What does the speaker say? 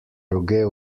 roge